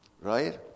Right